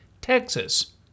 Texas